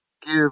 give